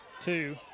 two